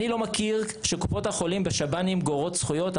אני לא מכיר שקופות חולים בשב"נים גורעות זכויות.